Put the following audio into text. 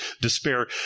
despair